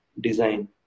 design